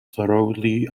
thoroughly